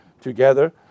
together